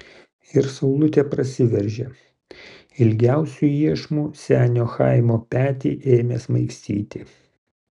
ir saulutė prasiveržė ilgiausiu iešmu senio chaimo petį ėmė smaigstyti